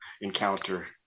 encounter